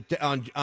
on